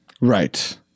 Right